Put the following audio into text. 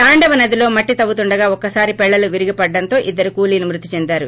తాండవ నదిలో మట్లి తవ్వుతుండగా ఒక్కసారిగా పెళ్లలు విరిగిపడడంతో ఇద్దరు కూలీలు మృతి చెందారు